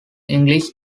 english